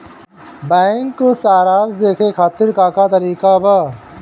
Bank सराश देखे खातिर का का तरीका बा?